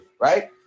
right